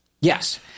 Yes